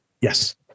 Yes